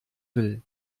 will